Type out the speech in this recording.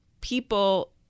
people